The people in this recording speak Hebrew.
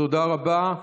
תודה רבה.